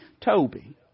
Toby